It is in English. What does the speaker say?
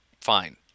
fine